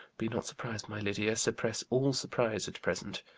be not surprised, my lydia, suppress all surprise at present.